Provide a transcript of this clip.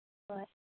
ꯍꯣꯏ